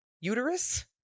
uterus